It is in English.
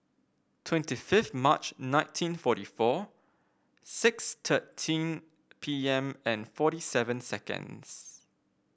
twenty fifth March nineteen forty four six thirteen P M and forty seven seconds